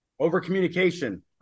Over-communication